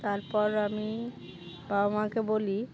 তারপর আমি বাবা মাকে বলি